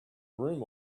room